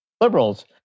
liberals